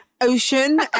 ocean